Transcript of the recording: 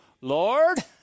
Lord